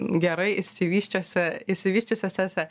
gerai išsivysčiuose išsivysčiusiuose